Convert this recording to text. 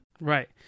Right